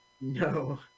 no